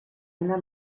una